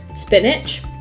spinach